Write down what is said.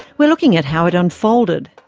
we're looking at how it unfolded.